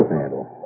handle